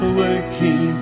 working